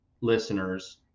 listeners